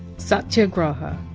satyagraha,